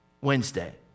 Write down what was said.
Wednesday